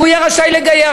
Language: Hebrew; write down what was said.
יהיה רשאי לגייר.